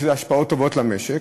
יש לזה השפעות טובות למשק,